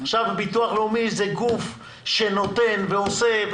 עכשיו הביטוח הלאומי זה גוף שנותן ועושה,